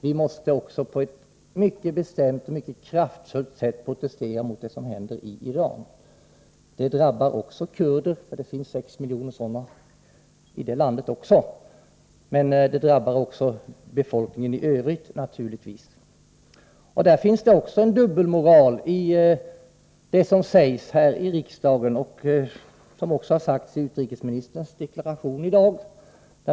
Vi måste på ett mycket bestämt och kraftfullt sätt protestera mot det som händer i Iran. Det drabbar också kurder — det finns sex miljoner kurder även i det landet — men det drabbar naturligtvis också befolkningen i övrigt. I den frågan finns det också en dubbelmoral i det som sägs här i riksdagen och i det som har sagts i utrikesministerns deklaration i dag.